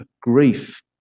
grief